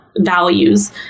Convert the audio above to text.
Values